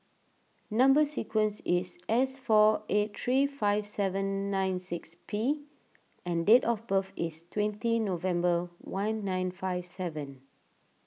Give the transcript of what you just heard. Number Sequence is S four eight three five seven nine six P and date of birth is twenty November one nine five seven